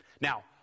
Now